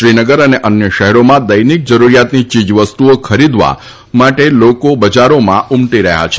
શ્રીનગર અને અન્ય શહેરોમાં દૈનિક જરૂરીયાતની ચીજ વસ્તુઓ ખરીદવા માટે લોકો બજારોમાં ઉમટી રહ્યા છે